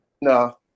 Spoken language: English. No